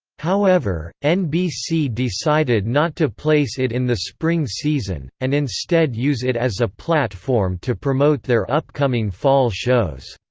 however, nbc decided not to place it in the spring season, and instead use it as a platform to promote their upcoming fall shows.